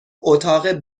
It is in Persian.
اتاق